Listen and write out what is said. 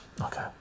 Okay